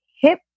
hip